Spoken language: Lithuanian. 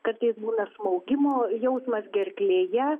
kartais būna smaugimo jausmas gerklėje